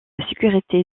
sécurité